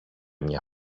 μια